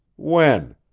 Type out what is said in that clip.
when?